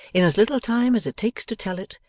in as little time as it takes to tell it,